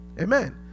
Amen